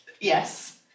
Yes